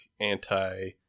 anti